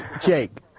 Jake